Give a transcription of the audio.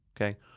Okay